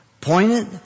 pointed